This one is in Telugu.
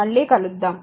మళ్ళీ కలుద్దాం